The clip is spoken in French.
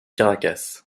caracas